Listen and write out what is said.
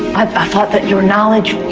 i thought that your knowledge.